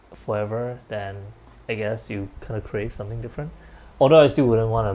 forever then I guess you kind of crave something different although I still wouldn't want to